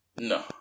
No